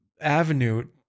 avenue